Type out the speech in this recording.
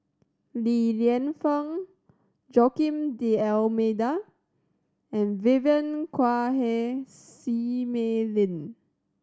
Li Lienfung Joaquim D'Almeida and Vivien Quahe Seah Mei Lin